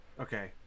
Okay